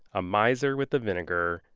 a miser with the vinegar,